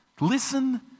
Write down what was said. Listen